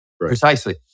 Precisely